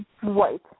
White